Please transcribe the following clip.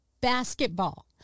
basketball